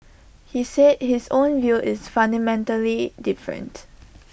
he said his own view is fundamentally different